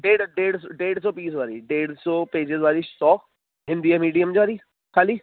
ॾेढु ॾेढु स ॾेढु सौ पीस वारी ॾेढु सौ पेजिस वारी सौ हिंदी आहे मीडियम वारी खाली